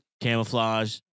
Camouflage